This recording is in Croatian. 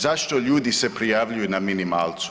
Zašto ljudi se prijavljuju na minimalcu?